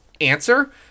Answer